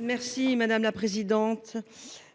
Merci madame la présidente.